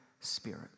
spirit